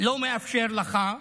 לא מאפשר לך.